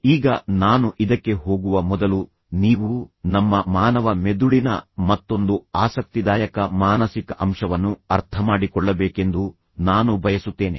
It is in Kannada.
ಈಗ ನಾನು ಇದಕ್ಕೆ ಹೋಗುವ ಮೊದಲು ನೀವು ನಮ್ಮ ಮಾನವ ಮೆದುಳಿನ ಮತ್ತೊಂದು ಆಸಕ್ತಿದಾಯಕ ಮಾನಸಿಕ ಅಂಶವನ್ನು ಅರ್ಥಮಾಡಿಕೊಳ್ಳಬೇಕೆಂದು ನಾನು ಬಯಸುತ್ತೇನೆ